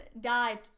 died